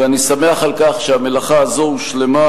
ואני שמח על כך שהמלאכה הזאת הושלמה,